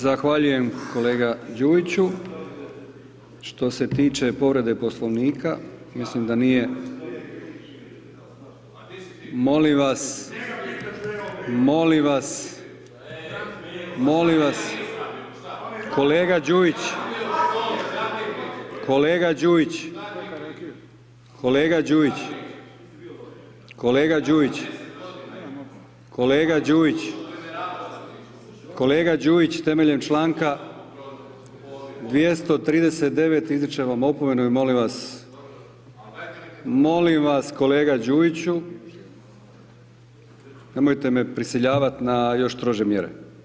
Zahvaljujem, kolega Đujiću, što se tiče povrede Poslovnika mislim da nije, molim vas, molim vas kolega Đujić, kolega Đujić, kolega Đujić, kolega Đujić, kolega Đujić, temeljem čl. 239. izričem vam opomenu i molim vas, molim vas kolega Đujiću, nemojte me prisiljavat na još strože mjere.